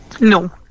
No